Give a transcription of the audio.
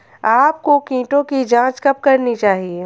आपको कीटों की जांच कब करनी चाहिए?